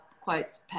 quotes